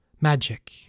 magic